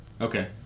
okay